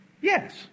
Yes